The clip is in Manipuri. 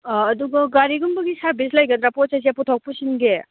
ꯑꯗꯨꯒ ꯒꯥꯔꯤꯒꯨꯝꯕꯒꯤ ꯁꯥꯔꯚꯤꯁ ꯂꯩꯒꯗ꯭ꯔꯥ ꯄꯣꯠ ꯆꯩꯁꯦ ꯄꯨꯊꯣꯛ ꯄꯨꯁꯤꯟꯒꯤ